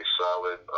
solid